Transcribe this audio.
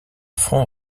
front